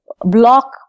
block